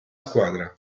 squadra